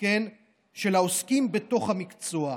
של העוסקים בתוך המקצוע.